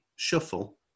shuffle